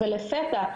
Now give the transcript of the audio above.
לפתע,